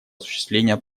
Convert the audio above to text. осуществления